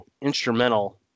instrumental